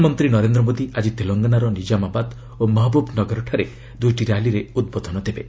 ପ୍ରଧାନମନ୍ତ୍ରୀ ନରେନ୍ଦ୍ର ମୋଦି ଆକି ତେଲଙ୍ଗାନାର ନିକାମାବାଦ ଓ ମହବୁବ୍ନଗରଠାରେ ଦୁଇଟି ର୍ୟାଲିରେ ଉଦ୍ବୋଧନ ଦେବେ